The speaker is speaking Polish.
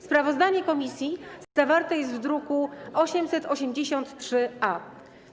Sprawozdanie komisji zawarte jest w druku nr 883-A.